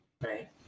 Right